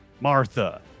Martha